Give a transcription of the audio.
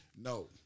No